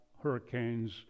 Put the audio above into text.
hurricanes